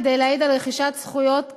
כדי להעיד על רכישת זכויות קנייניות.